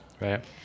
Right